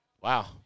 Wow